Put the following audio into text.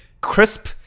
crisp